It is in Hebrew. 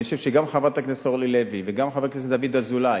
אני חושב שגם חברת הכנסת אורלי לוי וגם חבר הכנסת דוד אזולאי